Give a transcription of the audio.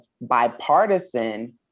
bipartisan